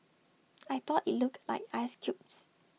I thought IT looked like ice cubes